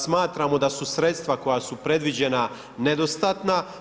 Smatramo da su sredstva koja su predviđena nedostatna.